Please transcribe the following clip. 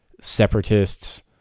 separatists